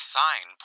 sign